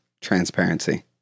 transparency